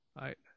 right